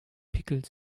pickel